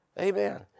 Amen